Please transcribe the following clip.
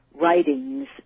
writings